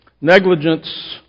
Negligence